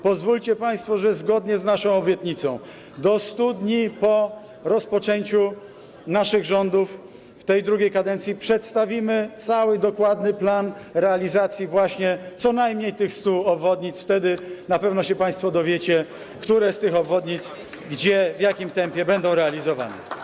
Pozwólcie państwo, że zgodnie z naszą obietnicą do 100 dni po rozpoczęciu naszych rządów w drugiej kadencji przedstawimy cały dokładny plan realizacji co najmniej tych 100 obwodnic, wtedy na pewno się państwo dowiecie, które z tych obwodnic, gdzie i w jakim tempie będą realizowane.